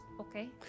okay